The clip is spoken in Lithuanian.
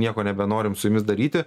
nieko nebenorim su jumis daryti